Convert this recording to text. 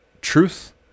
truth